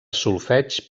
solfeig